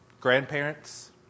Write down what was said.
grandparents